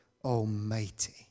Almighty